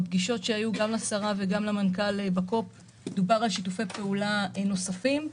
בפגישות שהיו גם לשרה וגם למנכ"ל דובר על שיתופי פעולה נוספים.